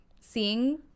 seeing